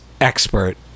expert